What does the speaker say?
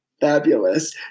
fabulous